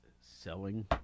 Selling